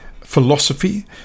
philosophy